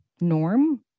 norm